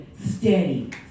Steady